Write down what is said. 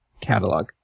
catalog